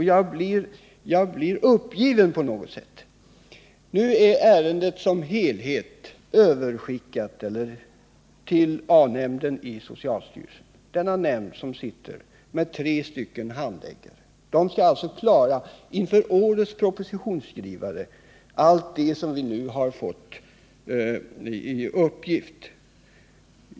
Jag blir på något sätt uppgiven. Nu är ärendet som helhet överlämnat till socialstyrelsens A-nämnd. Denna nämnd, som har tre handläggare, skall alltså inför årets propositionsskrivande klara allt det som den nu fått i uppgift.